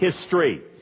history